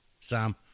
Sam